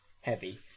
heavy